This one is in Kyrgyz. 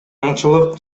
аңчылык